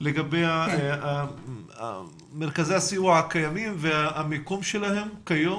לגבי מרכזי הסיוע הקיימים והמיקום שלהם כיום,